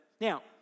Now